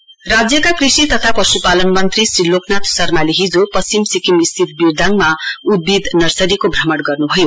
plant nursery राज्यका कृषि तथा पशुपालन मन्त्री श्री लोकनाथ शर्माले हिजो पश्चिम सिक्किम स्थित बिरदाङ उधियद नर्सरीको भ्रमण गर्नुभयो